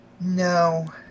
No